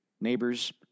Neighbors